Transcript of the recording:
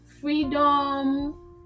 freedom